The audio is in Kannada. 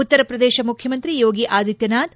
ಉತ್ತರ ಪ್ರದೇಶ ಮುಖ್ಯಮಂತ್ರಿ ಯೋಗಿ ಆದಿತ್ಯನಾಥ್